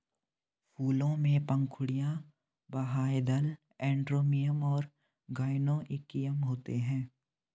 फूलों में पंखुड़ियाँ, बाह्यदल, एंड्रोमियम और गाइनोइकियम होते हैं